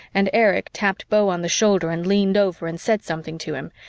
and erich tapped beau on the shoulder and leaned over and said something to him,